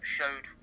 showed